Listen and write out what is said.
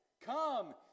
Come